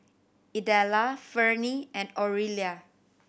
Idella Ferne and Orilla